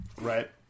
Right